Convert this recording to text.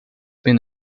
been